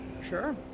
Sure